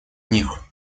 них